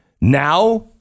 now